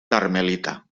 carmelita